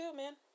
man